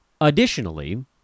Additionally